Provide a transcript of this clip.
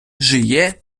жиє